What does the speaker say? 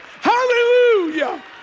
Hallelujah